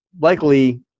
likely